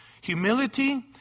Humility